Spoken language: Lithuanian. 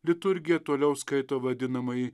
liturgija toliau skaito vadinamąjį